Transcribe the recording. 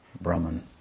Brahman